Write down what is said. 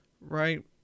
Right